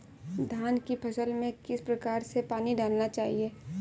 धान की फसल में किस प्रकार से पानी डालना चाहिए?